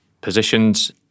positions